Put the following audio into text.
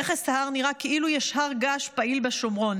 רכס ההר נראה כאילו יש הר געש פעיל בשומרון